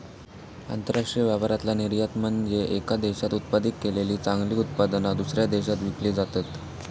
आंतरराष्ट्रीय व्यापारातला निर्यात म्हनजे येका देशात उत्पादित केलेली चांगली उत्पादना, दुसऱ्या देशात विकली जातत